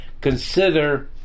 Consider